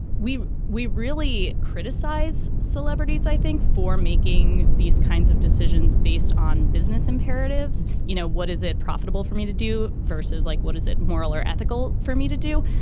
we we really criticize celebrities, i think, for making these kinds of decisions based on business imperatives. you know, what is it profitable for me to do versus like, what is it moral or ethical for me to do?